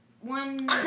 one